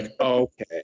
okay